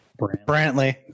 Brantley